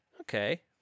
okay